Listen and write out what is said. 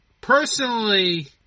personally